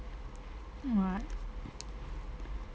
what